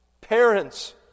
Parents